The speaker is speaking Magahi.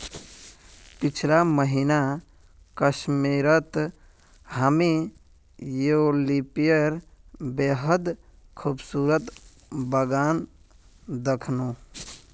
पीछला महीना कश्मीरत हामी ट्यूलिपेर बेहद खूबसूरत बगान दखनू